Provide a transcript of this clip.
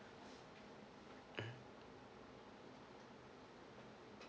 mm